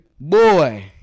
Boy